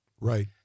Right